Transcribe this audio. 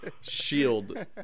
shield